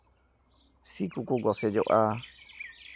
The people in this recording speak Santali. ᱥᱤ ᱠᱚᱠᱚ ᱜᱚᱥᱮᱡᱚᱜᱼᱟ